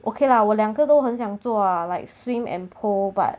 okay lah 我两个都很想做 ah like swim and pole but